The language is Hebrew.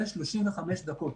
ב-35 דקות,